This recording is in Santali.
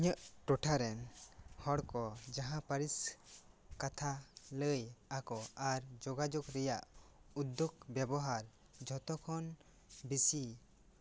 ᱤᱧᱟᱹᱜ ᱴᱚᱴᱷᱟ ᱨᱮᱱ ᱦᱚᱲ ᱠᱚ ᱡᱟᱦᱟᱸ ᱯᱟᱹᱨᱤᱥ ᱠᱟᱛᱷᱟ ᱞᱟᱹᱭ ᱟᱠᱚ ᱟᱨ ᱡᱚᱜᱟ ᱡᱳᱜᱽ ᱨᱮᱭᱟᱜ ᱩᱫᱚᱜᱽ ᱵᱮᱵᱚᱦᱟᱨ ᱡᱷᱚᱛᱚ ᱠᱷᱚᱱ ᱵᱮᱥᱤ